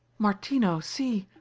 martino, see,